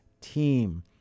team